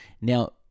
Now